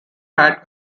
had